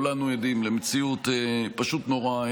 אני חושב שכולנו עדים למציאות פשוט נוראה,